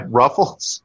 ruffles